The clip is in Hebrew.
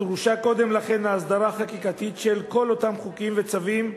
דרושה קודם לכן הסדרה חקיקתית של כל אותם חוקים וצווים,